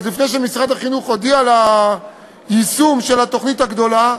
לפני שמשרד החינוך הודיע על היישום של התוכנית הגדולה.